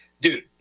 Dude